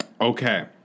Okay